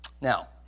Now